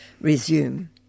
resume